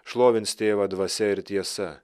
šlovins tėvą dvasia ir tiesa